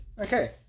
Okay